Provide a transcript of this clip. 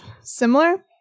similar